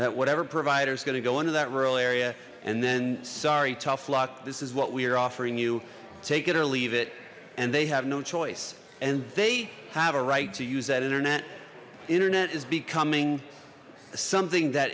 that whatever provider is going to go into that rural area and then sorry tough luck this is what we are offering you take it or leave it and they have no choice and they have a right to use that internet the internet is becoming something that